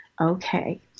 Okay